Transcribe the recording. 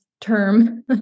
term